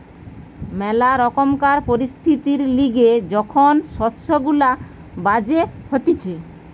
ম্যালা রকমকার পরিস্থিতির লিগে যখন শস্য গুলা বাজে হতিছে